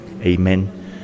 Amen